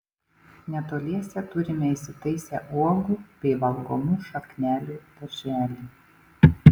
netoliese turime įsitaisę uogų bei valgomų šaknelių darželį